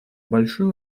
большую